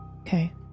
Okay